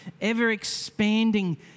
ever-expanding